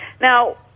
Now